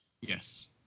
Yes